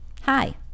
hi